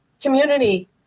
community